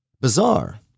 bizarre